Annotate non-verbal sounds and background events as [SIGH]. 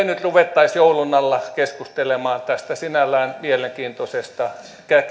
[UNINTELLIGIBLE] nyt ruvettaisi joulun alla keskustelemaan tästä sinällään mielenkiintoisesta